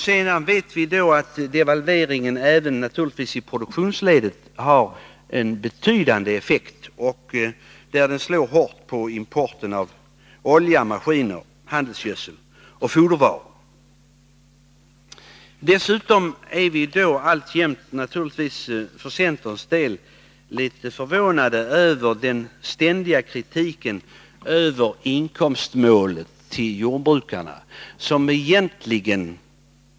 Sedan vet vi ju att devalveringen även i produktionsledet naturligtvis har en betydande effekt, där den slår hårt på importen av olja, maskiner, handelsgödsel och fodervaror. Dessutom är vi för centerns del alltjämt litet förvånade över den ständiga kritiken mot inkomstmålet för jordbrukarna.